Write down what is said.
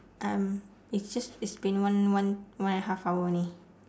um it's just it's been one one one and a half hour only